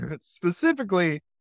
specifically